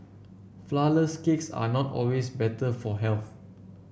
flourless cakes are not always better for health